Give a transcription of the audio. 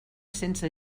sense